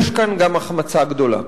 יש כאן גם החמצה גדולה.